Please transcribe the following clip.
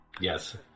Yes